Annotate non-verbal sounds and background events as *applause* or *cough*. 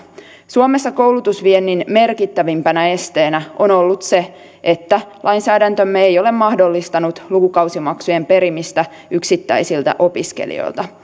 suomessa koulutusviennin merkittävimpänä esteenä on ollut se että lainsäädäntömme ei ole mahdollistanut lukukausimaksujen perimistä yksittäisiltä opiskelijoilta *unintelligible*